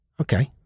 Okay